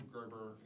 Gerber